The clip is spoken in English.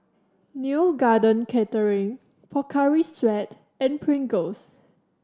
Neo Garden Catering Pocari Sweat and Pringles